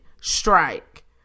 strike